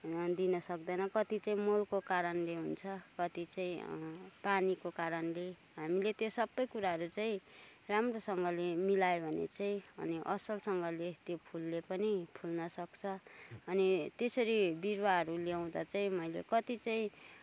दिन सक्दैन कति चाहिँ मलको कारणले हुन्छ कति चाहिँ पानीको कारणले हामीले त्यो सबै कुराहरू चाहिँ राम्रोसँगले मिलायो भने चाहिँ अनि असलसँगले त्यो फुलले पनि फुल्नसक्छ अनि त्यसरी बिरुवाहरू ल्याउँदा चाहिँ मैले कति चाहिँ